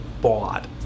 bought